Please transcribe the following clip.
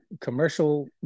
commercial